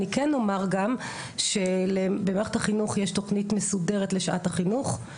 אני כן אומר גם שבמערכת החינוך יש תוכנית מסודרת לשעת החינוך,